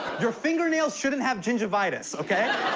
your fingernails shouldn't have gingivitis, okay?